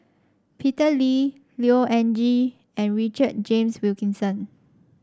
Peter Lee Neo Anngee and Richard James Wilkinson